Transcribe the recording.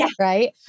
right